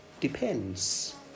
Depends